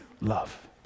love